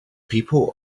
people